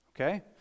okay